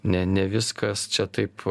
ne ne viskas čia taip